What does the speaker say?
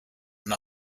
and